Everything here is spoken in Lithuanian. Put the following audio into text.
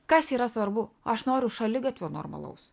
kas yra svarbu aš noriu šaligatvio normalaus